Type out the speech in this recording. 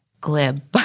glib